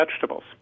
vegetables